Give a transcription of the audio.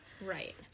Right